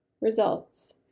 Results